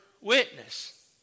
witness